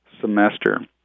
semester